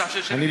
אתה חושב שאני,